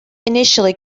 initially